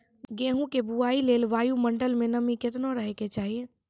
गेहूँ के बुआई लेल वायु मंडल मे नमी केतना रहे के चाहि?